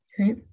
Okay